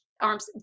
arms